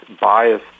bias